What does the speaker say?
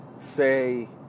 say